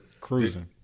cruising